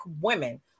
women